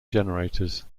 generators